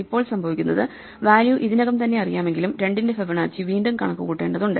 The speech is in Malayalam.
ഇപ്പോൾ സംഭവിക്കുന്നത് വാല്യൂ ഇതിനകം തന്നെ അറിയാമെങ്കിലും 2 ന്റെ ഫിബൊനാച്ചി വീണ്ടും കണക്കുകൂട്ടേണ്ടതുണ്ട്